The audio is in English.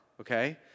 Okay